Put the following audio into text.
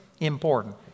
important